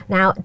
Now